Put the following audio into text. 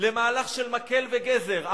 למהלך של מקל וגזר.